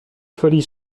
folies